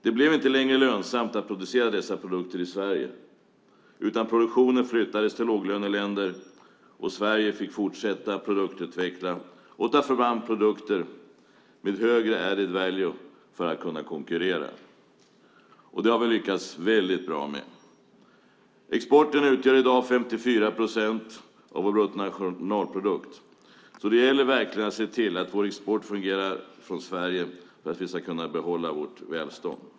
Det blev inte längre lönsamt att producera dessa produkter i Sverige, utan produktionen flyttades till låglöneländer. Sverige fick fortsätta att produktutveckla och ta fram produkter med högre added value för att konkurrera. Det har vi lyckats väldigt bra med. Exporten utgör i dag 54 procent av vår bruttonationalprodukt. Det gäller verkligen att se till att vår export fungerar från Sverige för att vi ska kunna behålla vårt välstånd.